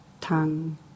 tongue